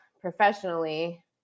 professionally